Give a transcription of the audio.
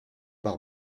par